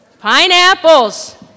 Pineapples